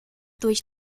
durch